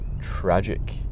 tragic